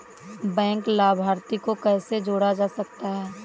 Bank लाभार्थी को कैसे जोड़ा जा सकता है?